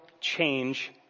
change